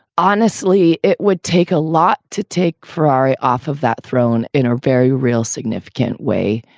honestly, it would take a lot to take ferrari off of that throne in a very real significant way.